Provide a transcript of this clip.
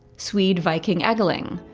swede, vyking egerling,